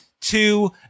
two